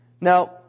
Now